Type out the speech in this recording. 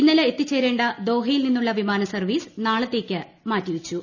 ഇന്നലെ എത്തിച്ചേരേണ്ട ദോഹയിൽ നിന്നുള്ള വിമാന സർവ്വീസ് നാളത്തേക്ക് മാറ്റിയിട്ടുണ്ട്